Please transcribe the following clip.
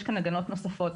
יש כאן הגנות נוספות,